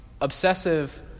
obsessive